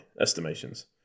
estimations